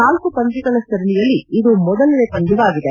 ನಾಲ್ಕು ಪಂದ್ಯಗಳ ಸರಣೆಯಲ್ಲಿ ಇದು ಮೊದಲನೇ ಪಂದ್ಯವಾಗಿದೆ